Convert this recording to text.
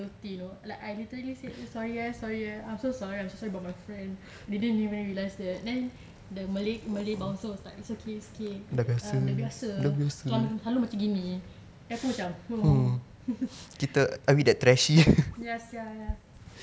guilty you know like I literally said sorry eh sorry eh I'm so sorry I'm so sorry about my friend they didn't even realise that then the malay malay bouncer said it's okay it's okay dah biasa selalu selalu macam gini then aku macam oh ya sia